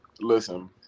Listen